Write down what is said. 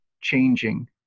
changing